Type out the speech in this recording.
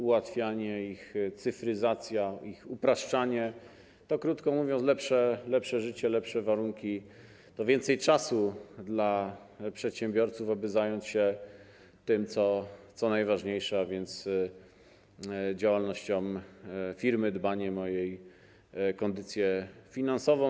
Ułatwianie, cyfryzacja, upraszczanie to, krótko mówiąc, lepsze życie, lepsze warunki, to więcej czasu dla przedsiębiorców, aby zająć się tym, co najważniejsze, a więc działalnością firmy, dbaniem o jej kondycję finansową.